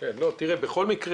לא עלינו.